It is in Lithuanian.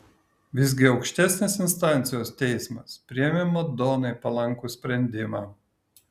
visgi aukštesnės instancijos teismas priėmė madonai palankų sprendimą